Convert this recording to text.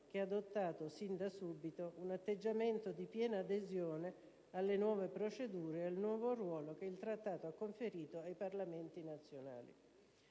che ha adottato da subito un atteggiamento di piena adesione alle nuove procedure e al nuovo ruolo che il Trattato ha conferito ai Parlamenti nazionali.